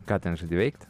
ką ten žadi veikt